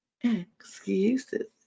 excuses